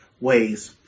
ways